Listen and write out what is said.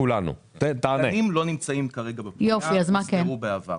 תקנים לא נמצאים כרגע בפנייה, הם הוסדרו בעבר.